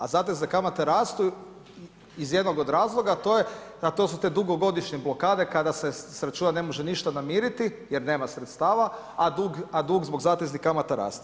A zatezne kamate rastu iz jednog od razloga, to je to su te dugogodišnje blokade kada se s računa ne može ništa namiriti jer nema sredstava, a dug zbog zateznih kamata raste.